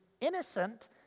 innocent